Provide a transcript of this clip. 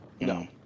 No